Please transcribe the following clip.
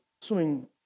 swimming